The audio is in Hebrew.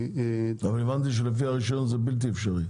הבנתי שלפי הרישיון זה בלתי אפשרי.